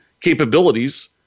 capabilities